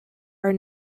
are